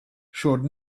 showed